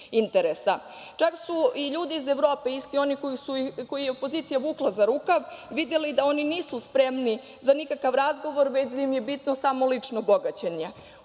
su i ljudi iz Evrope, isti oni koje je opozicija vukla za rukav, videli da oni nisu spremni za nikakav razgovor, već da im je bitno samo lično bogaćenje.